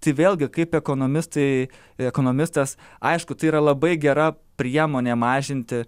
tai vėlgi kaip ekonomistai ėkonomistas aišku tai yra labai gera priemonė mažinti